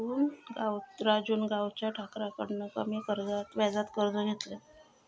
राजून गावच्या ठाकुराकडना कमी व्याजात कर्ज घेतल्यान